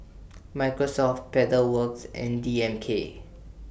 Microsoft Pedal Works and D M K